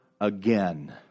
again